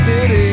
City